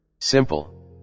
Simple